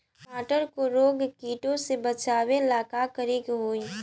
टमाटर को रोग कीटो से बचावेला का करेके होई?